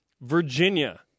Virginia